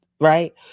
right